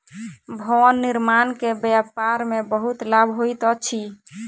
भवन निर्माण के व्यापार में बहुत लाभ होइत अछि